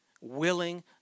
willing